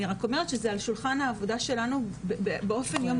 אני רק אומרת שזה על שולחן העבודה שלנו באופן יום